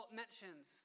mentions